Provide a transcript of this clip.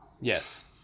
Yes